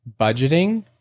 budgeting